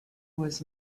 was